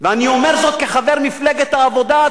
ואני אומר זאת כחבר מפלגת העבודה,